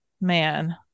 man